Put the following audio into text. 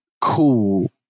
cool